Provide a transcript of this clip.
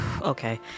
Okay